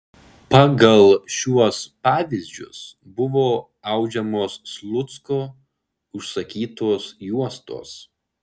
pagal šiuos pavyzdžius buvo audžiamos slucko užsakytos juostos